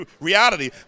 reality